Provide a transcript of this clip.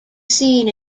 seen